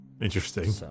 Interesting